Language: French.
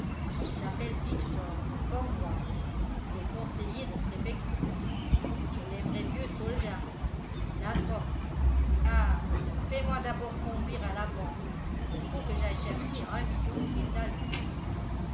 il s'appelle victor comme moi il est conseiller de préfecture je l'aimerais mieux soldat n'importe ah fais-moi d'abord conduire à la banque il faut que j'aille chercher un million qui est à lui